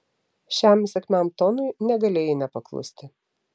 šiam įsakmiam tonui negalėjai nepaklusti